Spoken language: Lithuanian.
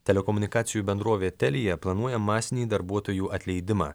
telekomunikacijų bendrovė telia planuoja masinį darbuotojų atleidimą